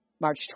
March